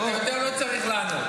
אתה לא צריך יותר לענות.